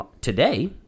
today